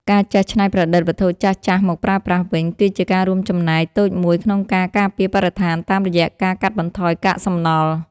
ការចេះច្នៃប្រឌិតវត្ថុចាស់ៗមកប្រើប្រាស់វិញ គឺជាការរួមចំណែកតូចមួយក្នុងការការពារបរិស្ថានតាមរយៈការកាត់បន្ថយកាកសំណល់។